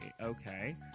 Okay